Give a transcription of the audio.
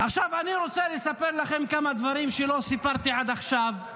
עכשיו אני רוצה לספר לכם כמה דברים שלא סיפרתי עד עכשיו,